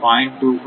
35 0